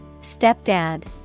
Stepdad